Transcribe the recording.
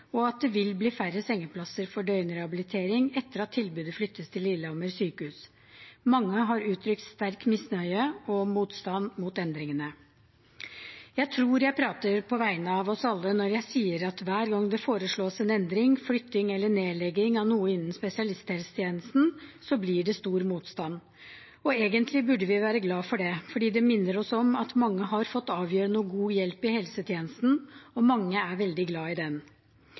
og at det vil bli færre sengeplasser for døgnrehabilitering etter at tilbudet flyttes til Lillehammer sykehus. Mange har uttrykt sterk misnøye og motstand mot endringene. Jeg tror jeg prater på vegne av oss alle når jeg sier at hver gang det foreslås en endring, flytting eller nedlegging av noe innen spesialisthelsetjenesten, blir det stor motstand. Egentlig burde vi være glad for det, for det minner oss om at mange har fått avgjørende og god hjelp i helsetjenesten, og mange er veldig glad i den.